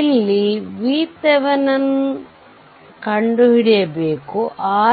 ಇಲ್ಲಿ VThevenin ಕಂಡುಹಿಡಿಯಬೇಕು